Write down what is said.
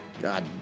God